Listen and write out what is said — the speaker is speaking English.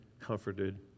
comforted